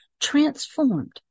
transformed